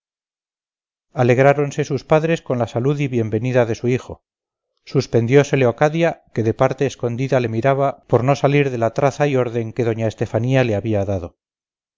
juntos alegráronse sus padres con la salud y bienvenida de su hijo suspendióse leocadia que de parte escondida le miraba por no salir de la traza y orden que doña estefanía le había dado